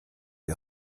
die